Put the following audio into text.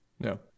No